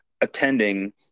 attending